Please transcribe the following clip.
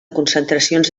concentracions